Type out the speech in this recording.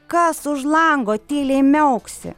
kas už lango tyliai miauksi